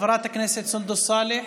חברת הכנסת סונדוס סאלח,